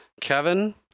Kevin